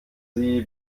sie